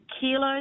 kilos